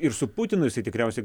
ir su putinu tikriausiai